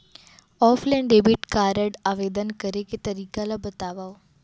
Offline debit card आवेदन करे के तरीका ल बतावव?